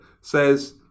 Says